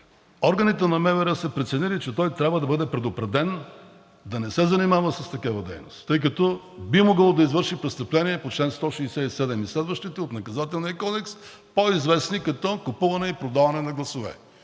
органите на МВР са преценили, че той трябва да бъде предупреден да не се занимава с такава дейност, тъй като би могъл да извърши престъпление по чл. 167 и следващите от Наказателния кодекс, по-известни като „купуване и продаване на гласове“.